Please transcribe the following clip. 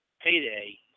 payday